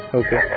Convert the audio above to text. okay